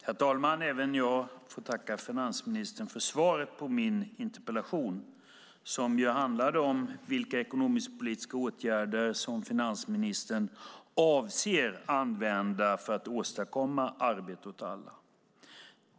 Herr talman! Även jag får tacka finansministern för svaret på min interpellation! Den handlar om vilka ekonomisk-politiska åtgärder finansministern avser att använda för att åstadkomma arbete åt alla.